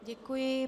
Děkuji.